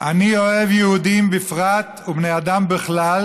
אני אוהב יהודים בפרט ובני אדם בכלל